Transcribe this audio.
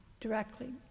directly